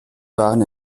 waren